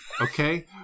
okay